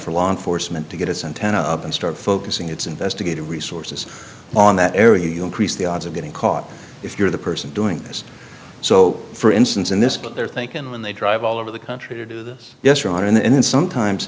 for law enforcement to get its and ten up and start focusing its investigative resources on that area you increase the odds of getting caught if you're the person doing this so for instance in this but they're thinking when they drive all over the country to do this yes rotten and sometimes